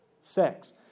sex